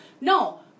No